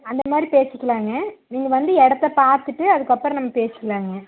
அந்தமாதிரி பேசிக்கலாம்ங்க நீங்கள் வந்து இடத்த பார்த்துட்டு அதுக்கப்புறம் நம்ம பேசிக்கலாம்ங்க